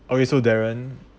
okay so darren